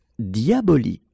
Diabolique